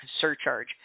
surcharge